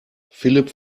philipp